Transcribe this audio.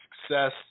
success